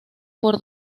por